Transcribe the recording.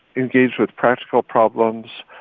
engaged with practical problems.